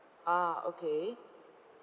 ah okay